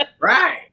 Right